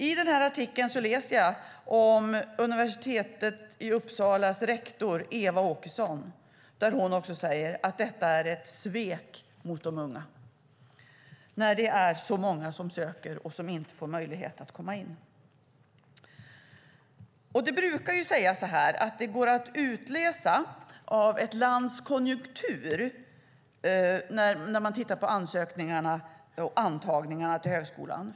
I den här artikeln läser jag att rektorn på Uppsala universitet, Eva Åkesson, säger att detta är ett svek mot de unga eftersom det är så många som söker som inte får möjlighet att komma in. Det brukar sägas att det går att utläsa ett lands konjunktur när man tittar på ansökningar och antagningar till högskolan.